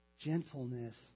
gentleness